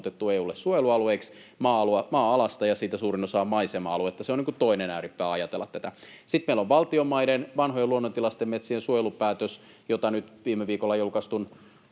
EU:lle suojelualueiksi maa-alasta, ja siitä suurin osa on maisema-aluetta — se on toinen ääripää ajatella tätä. Sitten meillä on valtion maiden vanhojen, luonnontilaisten metsien suojelupäätös, jota nyt viime viikolla julkaistun